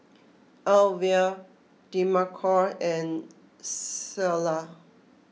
Alvia Demarco and Clella